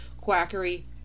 quackery